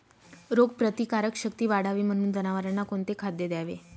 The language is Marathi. रोगप्रतिकारक शक्ती वाढावी म्हणून जनावरांना कोणते खाद्य द्यावे?